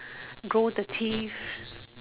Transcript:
go the thief